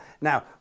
Now